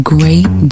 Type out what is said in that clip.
Great